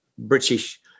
British